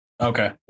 Okay